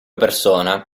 persona